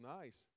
nice